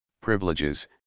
privileges